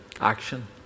action